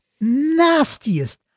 nastiest